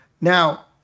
Now